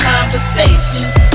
Conversations